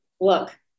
Look